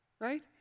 Right